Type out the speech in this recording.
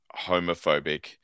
homophobic